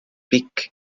pikk